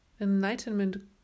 enlightenment